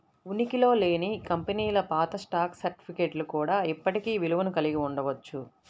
ఉనికిలో లేని కంపెనీల పాత స్టాక్ సర్టిఫికేట్లు కూడా ఇప్పటికీ విలువను కలిగి ఉండవచ్చు